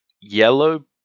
Yellow